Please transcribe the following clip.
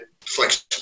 flexible